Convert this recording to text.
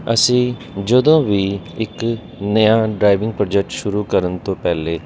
ਅਸੀਂ ਜਦੋਂ ਵੀ ਇੱਕ ਨਵਾਂ ਡਰਾਈਵਿੰਗ ਪ੍ਰੋਜੈਕਟ ਸ਼ੁਰੂ ਕਰਨ ਤੋਂ ਪਹਿਲੇ